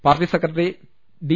party secretary D